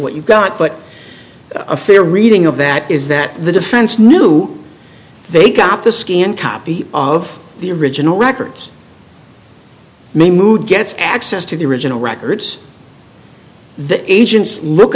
what you got but a fair reading of that is that the defense knew they got the scanned copy of the original records mehmood gets access to the original records the agents look